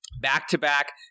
back-to-back